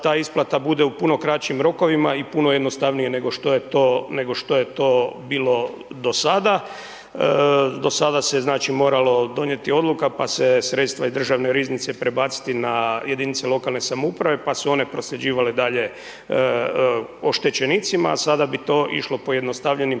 ta isplata bude u puno kraćim rokovima i puno jednostavnije nego što je to bilo do sada. Do sada se, znači, moralo donijeti odluka, pa se sredstva iz državne riznice prebaciti na jedinice lokalne samouprave, pa su one prosljeđivale dalje oštećenicima, sada bi to išlo pojednostavljenim